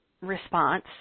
response